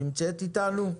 נמצאת איתנו?